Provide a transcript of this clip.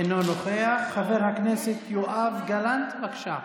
אינו נוכח, חבר הכנסת יואב גלנט, בבקשה.